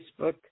Facebook